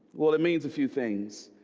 well, it means a few things.